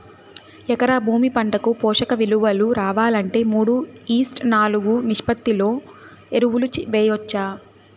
ఎకరా భూమి పంటకు పోషక విలువలు రావాలంటే మూడు ఈష్ట్ నాలుగు నిష్పత్తిలో ఎరువులు వేయచ్చా?